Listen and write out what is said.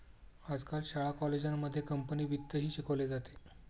आजकाल शाळा कॉलेजांमध्ये कंपनी वित्तही शिकवले जाते